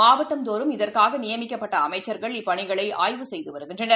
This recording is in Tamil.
மாவட்டந்தோறும் இதற்காகநியமிக்கப்பட்டஅமைச்சர்கள் இப்பணிகளைஆய்வு செய்துவருகின்றனர்